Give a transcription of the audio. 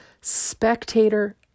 spectator